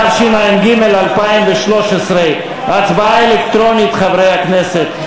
התשע"ג 2013, הצבעה אלקטרונית, חברי הכנסת.